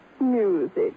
music